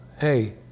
hey